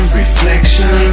reflection